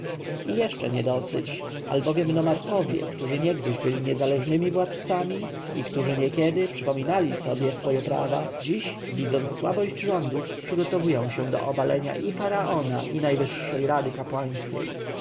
jeszcze niedosyć albowiem nomarchowie którzy niegdyś byli niezależnymi władcami i od czasu do czasu przypominali sobie swoje prawa dziś widząc słabość rządu przygotowują się do obalenia i faraona i najwyższej rady kapłańskiej